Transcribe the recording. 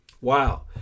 Wow